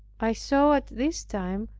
i saw at this time,